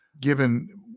given